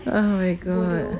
oh my god